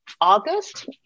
August